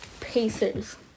Pacers